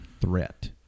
threat